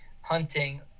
hunting